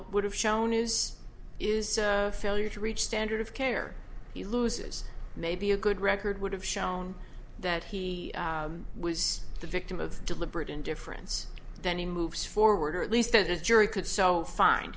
it would have shown is is failure to reach standard of care he loses maybe a good record would have shown that he was the victim of deliberate indifference then he moves forward or at least a jury could so fin